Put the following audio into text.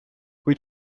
kuid